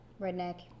redneck